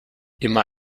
immer